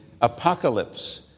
Apocalypse